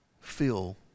feel